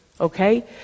Okay